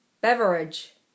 Beverage